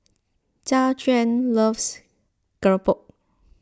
Jajuan loves Keropok